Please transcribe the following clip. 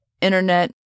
internet